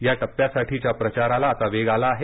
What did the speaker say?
या टप्प्यासाठीच्या प्रचाराला आता वेग आला आहे